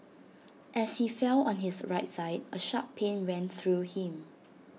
as he fell on his right side A sharp pain ran through him